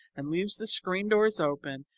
and leaves the screen doors open,